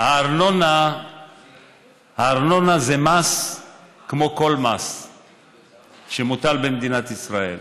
הארנונה זה מס כמו כל מס שמוטל במדינת ישראל,